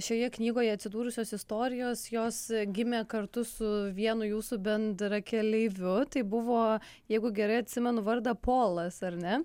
šioje knygoje atsidūrusios istorijos jos gimė kartu su vienu jūsų bendrakeleiviu tai buvo jeigu gerai atsimenu vardą polas ar ne